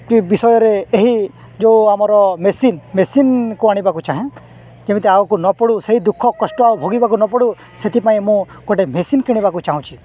କି ବିଷୟରେ ଏହି ଯେଉଁ ଆମର ମେସିନ୍ ମେସିନ୍କୁ ଆଣିବାକୁ ଚାହେଁ ଯେମିତି ଆଗକୁ ନପଡ଼ୁ ସେଇ ଦୁଃଖ କଷ୍ଟ ଆଉ ଭୋଗିବାକୁ ନପଡ଼ୁ ସେଥିପାଇଁ ମୁଁ ଗୋଟେ ମେସିନ୍ କିଣିବାକୁ ଚାହୁଁଛି